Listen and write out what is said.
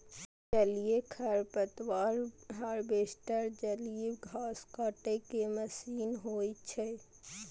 जलीय खरपतवार हार्वेस्टर जलीय घास काटै के मशीन होइ छै